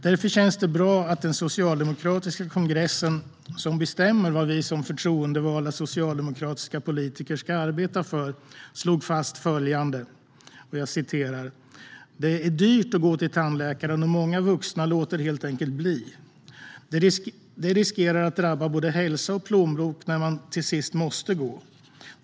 Därför känns det bra att den socialdemokratiska kongressen, som bestämmer vad vi som förtroendevalda socialdemokratiska politiker ska arbeta för, slog fast följande: "Det är dyrt att gå till tandläkaren och många vuxna låter helt enkelt bli. Det riskerar att drabba både hälsa och plånbok när man till sist måste gå.